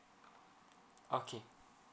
okay